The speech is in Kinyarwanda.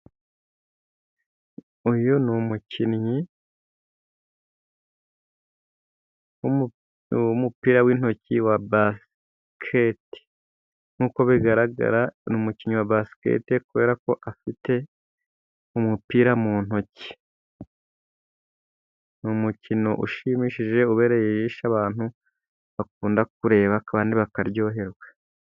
Uyu ni umukinnyi w'umupira wintoki wa basikete. Nkuko bigaragara, ni umukinnyi wa basikete, kubera ko afite umupira mu ntoki. Ni umukino ushimishije ubereye ijisho, abantu bakunda kureba kandi bakaryoherwa.